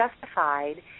justified